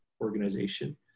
organization